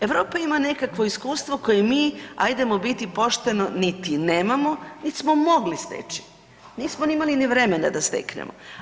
Europa imam nekakvo iskustvo koje mi ajdemo biti pošteno, niti nemamo, niti smo mogli steći, nismo imali ni vremena da steknemo.